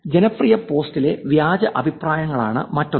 ജനപ്രിയ പോസ്റ്റിലെ വ്യാജ അഭിപ്രായങ്ങളാണ് മറ്റൊന്ന്